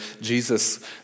Jesus